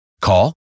Call